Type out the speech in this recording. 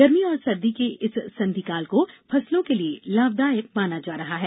गर्मी और सर्दी के इस संधि काल को फसलों के लिये लाभदायक माना जा रहा है